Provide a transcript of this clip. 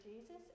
Jesus